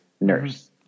nurse